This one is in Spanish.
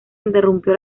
interrumpió